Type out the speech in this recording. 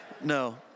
No